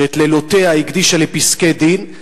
שאת לילותיה הקדישה לפסקי-דין.